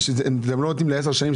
שאתם לא נותנים לעשר שנים,